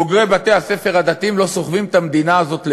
בוגרי בתי-הספר הדתיים לא סוחבים את המדינה הזאת לבד,